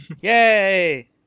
Yay